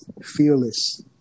fearless